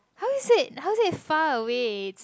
how is it how is it far away it's